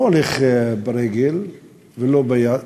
זה לא הולך ברגל ולא ביד.